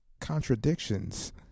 contradictions